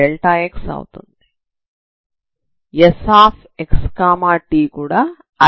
కాబట్టి fn δ అవుతుంది